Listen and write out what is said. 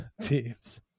teams